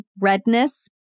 redness